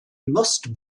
must